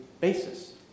basis